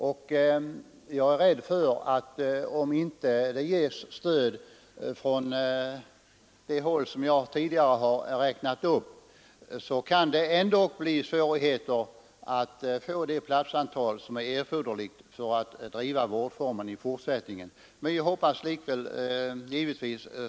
Om det inte ges stöd från de håll jag tidigare nämnt är jag rädd för att det ändå kan bli svårigheter att få det platsantal, som är erforderligt för att i fortsättningen upprätthålla denna vårdform.